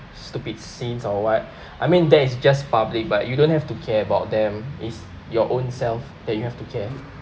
stupid scenes or what I mean that is just public but you don't have to care about them is your own self that you have to care